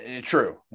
True